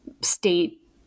state